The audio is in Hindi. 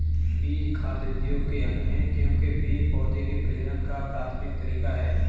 बीज खाद्य उद्योग के अंग है, क्योंकि वे पौधों के प्रजनन का प्राथमिक तरीका है